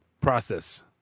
process